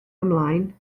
ymlaen